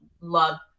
love